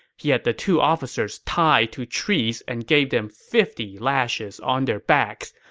he had the two officers tied to trees and gave them fifty lashes on their backs,